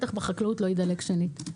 בטח בחקלאות, לא יידלק שנית.